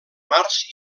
març